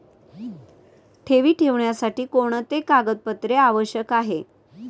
ठेवी ठेवण्यासाठी कोणते कागदपत्रे आवश्यक आहे?